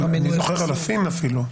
אני זוכר אלפים אפילו.